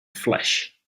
flesh